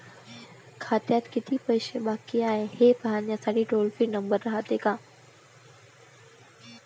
खात्यात कितीक पैसे बाकी हाय, हे पाहासाठी टोल फ्री नंबर रायते का?